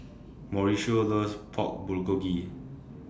Mauricio loves Pork Bulgogi